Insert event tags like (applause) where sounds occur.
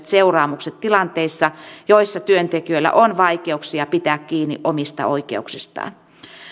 (unintelligible) seuraamukset tilanteissa joissa työntekijöillä on vaikeuksia pitää kiinni omista oikeuksistaan